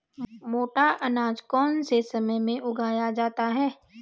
मोटा अनाज कौन से समय में उगाया जाता है?